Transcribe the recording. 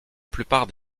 plupart